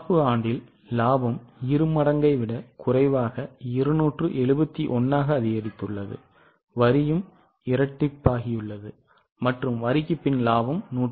நடப்பு இலாபம் இருமடங்கை விட குறைவாக 271 ஆக அதிகரித்துள்ளது வரியும் இரட்டிப்பாகியுள்ளது மற்றும் வரிக்குப் பின் லாபம் 192